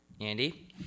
Andy